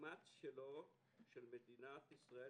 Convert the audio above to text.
במאמץ שלו של מדינת ישראל,